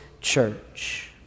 church